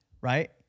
right